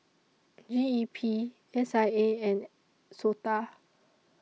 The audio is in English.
G E P S I A and Sota